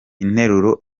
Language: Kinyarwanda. interuro